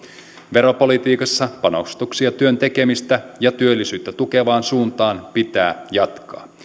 veropolitiikassa panostuksia työn tekemistä ja työllisyyttä tukevaan suuntaan pitää jatkaa